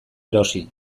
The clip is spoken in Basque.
erosi